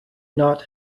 not